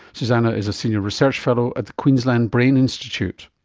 susannah is a senior research fellow at the queensland brain institute.